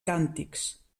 càntics